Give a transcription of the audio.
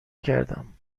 کردم